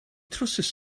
trywsus